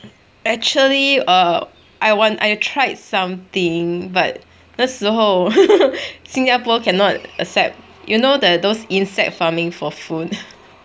actually I want I tried something but 那时候新加坡 cannot accept you know the those insect farming for food